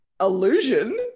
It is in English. illusion